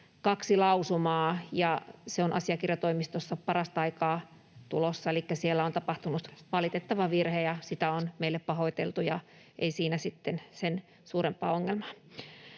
kaksi lausumaa. Se on asiakirjatoimistosta parasta aikaa tulossa. Elikkä siellä on tapahtunut valitettava virhe, ja sitä on meille pahoiteltu, ja ei siinä sitten sen suurempaa ongelmaa.